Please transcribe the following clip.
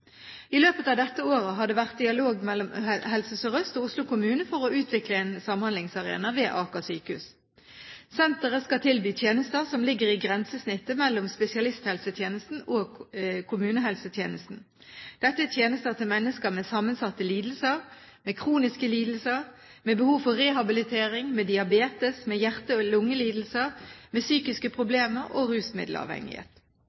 I løpet av dette året har det vært dialog mellom Helse Sør-Øst og Oslo kommune for å utvikle en samhandlingsarena ved Aker sykehus. Senteret skal tilby tjenester som ligger i grensesnittet mellom spesialisthelsetjenesten og kommunehelsetjenesten. Dette er tjenester til mennesker med sammensatte lidelser, med kroniske lidelser, med behov for rehabilitering, med diabetes, med hjerte- og lungelidelser, med psykiske